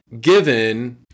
given